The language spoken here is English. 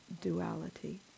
duality